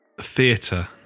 theatre